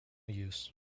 use